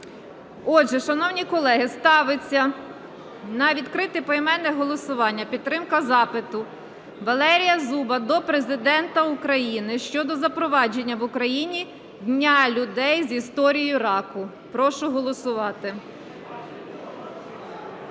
Отже, шановні колеги, ставиться на відкрите поіменне голосування підтримка запиту Валерія Зуба до Президента України щодо запровадження в Україні Дня людей з історією раку. Прошу голосувати.